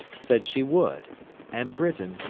said she would and britain,